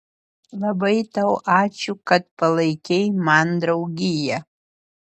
labai tau ačiū kad palaikei man draugiją